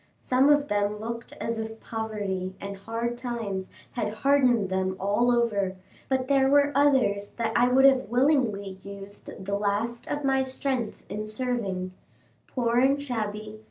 some of them looked as if poverty and hard times had hardened them all over but there were others that i would have willingly used the last of my strength in serving poor and shabby,